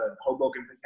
Hoboken